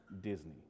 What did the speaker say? Disney